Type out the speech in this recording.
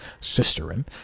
sisterin